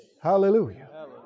Hallelujah